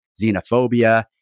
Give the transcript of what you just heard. xenophobia